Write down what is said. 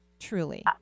Truly